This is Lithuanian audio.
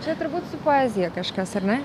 čia turbūt su poezija kažkas ar ne